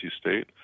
State